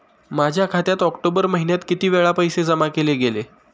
माझ्या खात्यात ऑक्टोबर महिन्यात किती वेळा पैसे जमा केले गेले?